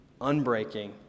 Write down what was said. unbreaking